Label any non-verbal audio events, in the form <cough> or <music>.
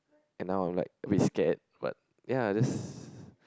and now I'm like a bit scared but ya just <breath>